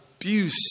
abuse